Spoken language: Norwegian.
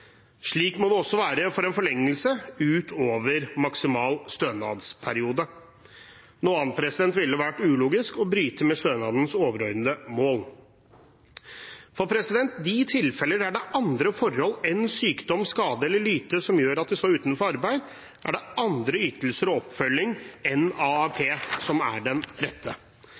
Slik må det også være for en forlengelse utover maksimal stønadsperiode. Noe annet ville vært ulogisk og bryte med stønadens overordnede mål. I de tilfeller der det er andre forhold enn sykdom, skade eller lyte som gjør at en står utenfor arbeid, er det andre ytelser og oppfølging enn AAP som er det rette.